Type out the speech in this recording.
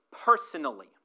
personally